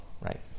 right